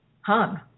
hung